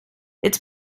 its